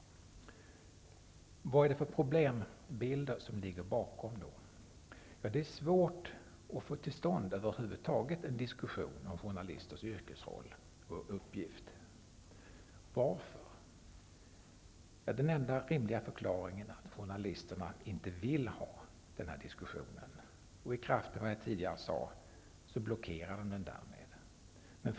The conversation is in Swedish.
Vilka är då problemområdena? Det är svårt att över huvud taget få i gång en diskussion om journalisters yrkesroll och uppgift. Varför? Den enda rimliga förklaringen är att journalisterna inte vill ha en sådan diskussion och att de -- i kraft av vad jag tidigare sade -- blockerar den.